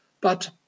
But